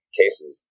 cases